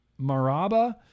Maraba